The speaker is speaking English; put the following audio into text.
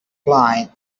blind